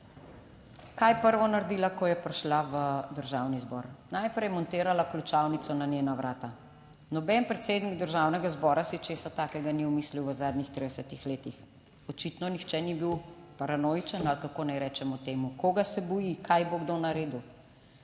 Kaj je prvo naredila, ko je prišla v Državni zbor? Najprej je montirala ključavnico na njena vrata. Noben predsednik Državnega zbora si česa takega ni omislil, v zadnjih 30 letih očitno nihče ni bil paranoičen ali kako naj rečem temu, koga se boji, kaj bo kdo naredil.